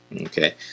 okay